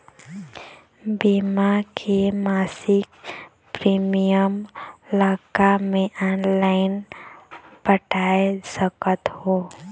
बीमा के मासिक प्रीमियम ला का मैं ऑनलाइन पटाए सकत हो?